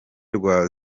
rwa